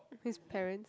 his parents